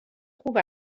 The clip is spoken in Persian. خوب